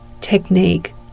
technique